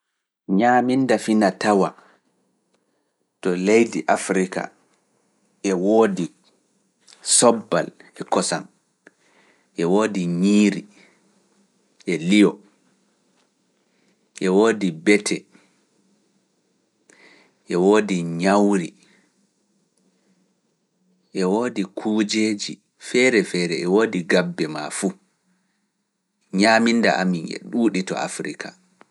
Ñaaminda fina tawa to leydi Afrika e woodi soobal e kosam, e woodi ñiiri e liyo, e woodi bete, e woodi ñawri, e woodi kujeeji feere feere e woodi gabbe maa fuu, ñaaminda amin e ɗuuɗi to Afrika.